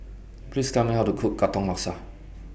Please Tell Me How to Cook Katong Laksa